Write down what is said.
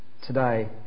Today